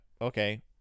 okay